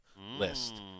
list